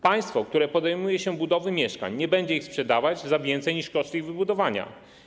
Państwo, które podejmie się budowy mieszkań, nie będzie ich sprzedawać za więcej niż koszty ich wybudowania.